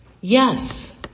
Yes